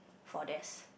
four desk